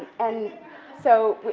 and so,